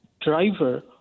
driver